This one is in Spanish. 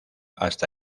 hasta